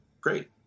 great